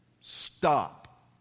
Stop